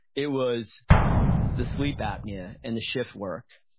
it was the sleep apnea and the shift work.